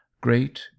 great